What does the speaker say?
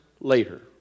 later